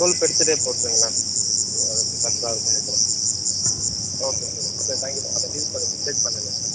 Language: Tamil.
டுவெல் பர்த்டே போட்டுருங்களேன் ஓகே கரெக்டாக இருக்குன்னு நினைக்கிறேன் okay sir sir thank you மற்ற டீட்டைல்ஸ் கொஞ்சம் மெசேஜ் பண்ணுங்க சார்